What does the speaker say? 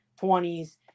20s